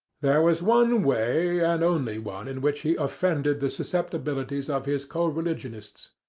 there was one way and only one in which he offended the susceptibilities of his co-religionists.